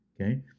Okay